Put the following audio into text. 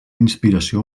inspiració